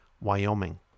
Wyoming